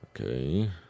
Okay